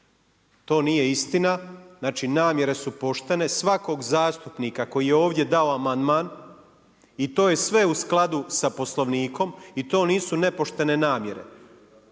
To nije istina, namjere su poštene. Svakog zastupnika koji je ovdje dao amandman i to je sve u skladu sa Poslovnikom i to nisu nepoštene namjere.